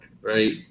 right